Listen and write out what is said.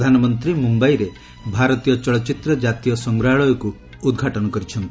ପ୍ରଧାନମନ୍ତ୍ରୀ ମୁମ୍ଭାଇରେ ଭାରତୀୟ ଚଳଚ୍ଚିତ୍ର କାତୀୟ ସଂଗ୍ରହାଳୟକୁ ଉଦ୍ଘାଟନ କରିଛନ୍ତି